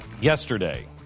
yesterday